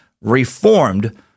reformed